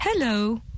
Hello